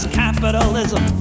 capitalism